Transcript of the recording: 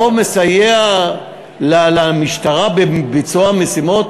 לא מסייע למשטרה בביצוע המשימות?